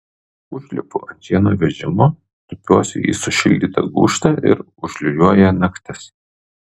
užlipu ant šieno vežimo tupiuosi į sušildytą gūžtą ir užliūliuoja naktis